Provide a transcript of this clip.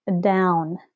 down